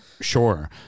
sure